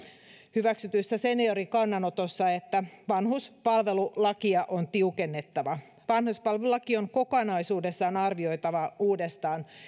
hyväksytyssä seniorikannanotossa että vanhuspalvelulakia on tiukennettava vanhuspalvelulaki on kokonaisuudessaan arvioitava uudestaan